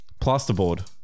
Plasterboard